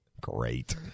Great